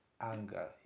anger